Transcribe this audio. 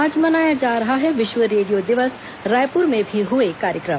आज मनाया जा रहा है विश्व रेडियो दिवस रायपुर में भी हुए कार्यक्रम